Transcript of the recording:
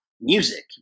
music